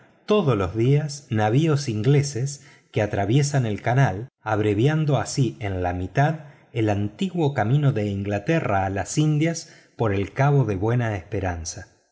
todos los días navíos ingleses que atraviesan el canal abreviando así en la mitad el antiguo camino de inglaterra a las indias por el cabo de buena esperanza